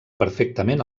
perfectament